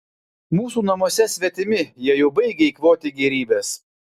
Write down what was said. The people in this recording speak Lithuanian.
mūsų namuose svetimi jie jau baigia eikvoti gėrybes